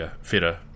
fitter